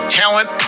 talent